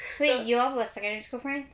wait you all were secondary school friends